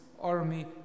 army